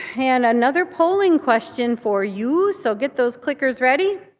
and another polling question for you. so get those clickers ready.